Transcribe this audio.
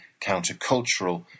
countercultural